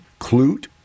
Clute